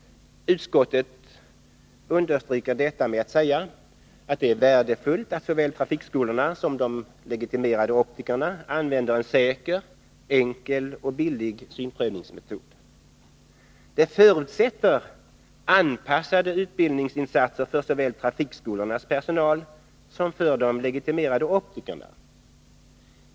Utskottet understryker detta med att säga att det är värdefullt att såväl trafikskolorna som de legitimerade optikerna använder en säker, enkel och billig synprövningsmetod. Det förutsätter anpassade utbildningsinsatser såväl för trafikskolornas personal som för de legitimerade optikerna.